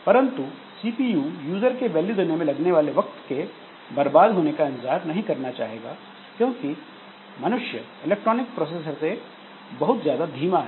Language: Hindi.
परंतु सीपीयू यूजर के वैल्यू देने में लगने वाले वक्त के बर्बाद होने का इंतजार नहीं करना चाहेगा क्योंकि मनुष्य इलेक्ट्रॉनिक प्रोसेसर से बहुत ज्यादा धीमा है